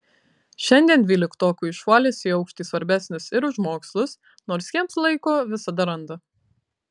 šiandien dvyliktokui šuolis į aukštį svarbesnis ir už mokslus nors jiems laiko visada randa